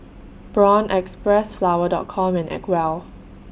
Braun Xpressflower Dot Com and Acwell